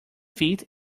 fit